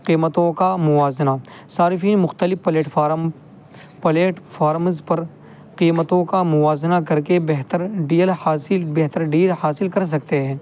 قیمتوں کا موازنہ صارفین مختلف پلیٹ فارم پلیٹ فارمز پر قیمتوں کا موازنہ کر کے بہتر ڈیئل حاصل بہتر ڈیل حاصل کر سکتے ہیں